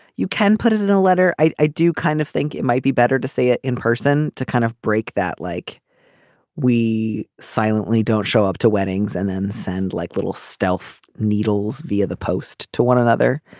you can put it in a letter. i do kind of think it might be better to say it in person to kind of break that like we silently don't show up to weddings and then send like little stealth needles via the post to one another.